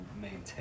maintain